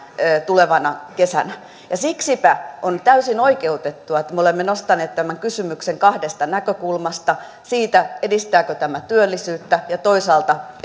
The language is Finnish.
tulevana kesänä siksipä on täysin oikeutettua että me olemme nostaneet tämän kysymyksen kahdesta näkökulmasta siitä edistääkö tämä työllisyyttä ja toisaalta